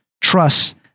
trust